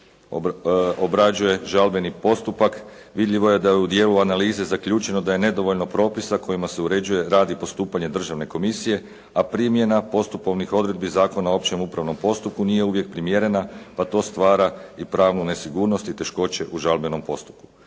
obrađuje žalbeni postupak vidljivo je da je u dijelu analize zaključeno da je nedovoljno propisa kojima se uređuje rad i postupanje Državne komisije, a primjena postupovnih odredbi Zakona o općem upravnom postupku nije uvijek primjerena, pa to stvara i pravnu nesigurnost i teškoće u žalbenom postupku.